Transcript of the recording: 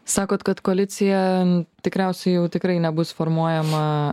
sakot kad koalicija tikriausiai jau tikrai nebus formuojama